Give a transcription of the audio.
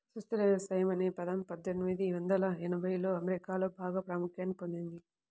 సుస్థిర వ్యవసాయం అనే పదం పందొమ్మిది వందల ఎనభైలలో అమెరికాలో బాగా ప్రాముఖ్యాన్ని పొందింది